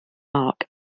arc